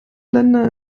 länder